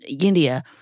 India